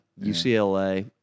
UCLA